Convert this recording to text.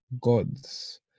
gods